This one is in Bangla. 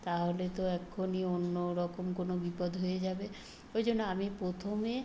তাহলে তো এক্ষুণি অন্যরকম কোনও বিপদ হয়ে যাবে ওই জন্য আমি প্রথমে